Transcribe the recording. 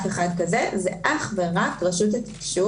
זה אך ורק רשות התקשוב